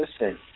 listen